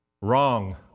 Wrong